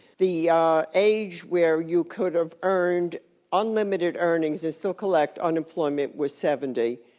the ah age where you could have earned unlimited earnings and still collect unemployment was seventy.